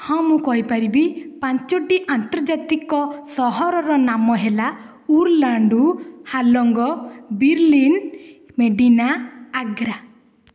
ହଁ ମୁଁ କହିପାରିବି ପାଞ୍ଚୋଟି ଆନ୍ତର୍ଜାତିକ ସହରର ନାମ ହେଲା ଉର୍ଲାଣ୍ଡୁ ହାଲଙ୍ଗ ବିର୍ଲିନ ମେଡ଼ିନା ଆଗ୍ରା